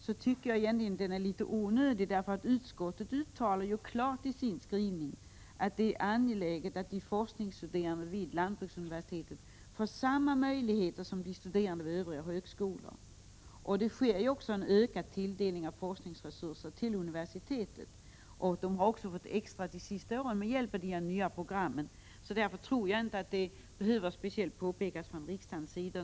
Jag tycker att reservationen är litet onödig, eftersom utskottet ju klart uttalat i skrivningen att det är angeläget att de forskningsstuderande vid lantbruksuniversitetet får samma möjligheter som de studerande vid övriga högskolor. En ökad tilldelning av forskningsresurser till universitetet sker ju också. Det har också under de senaste åren lämnats extra hjälp genom de nya programmen. Därför tror jag inte att det behöver bli något speciellt påpekande från riksdagens sida.